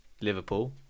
Liverpool